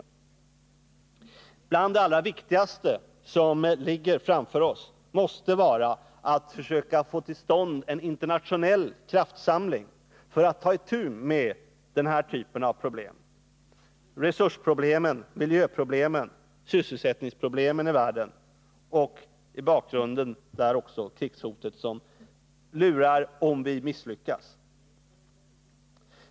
Något av det allra viktigaste som ligger framför oss måste vara att vi försöker få till stånd en internationell kraftsamling för att kunna ta itu med den här typen av problem — resursproblemen, miljöproblemen, sysselsättningsproblemen i världen och i bakgrunden också krigshotet som lurar om vi misslyckas.